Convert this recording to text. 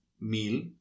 meal